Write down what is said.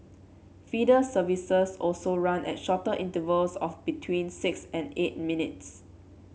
feeder services also run at shorter intervals of between six and eight minutes